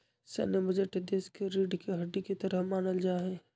सैन्य बजट देश के रीढ़ के हड्डी के तरह मानल जा हई